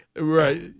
Right